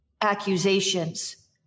Accusations